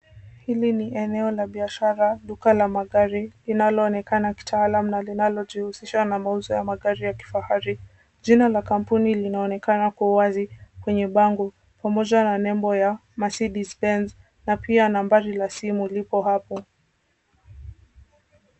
Hili ni eneo la biashara duka la magari linaloonekana kitaalamu na linalojihuzisha na mauzo ya magari ya kifahari ,jina la kampuni linaonekana kwa uwazi kwenye bango pamoja na nembo ya Mercedes Benz na pia nambari la simu lipo hapo .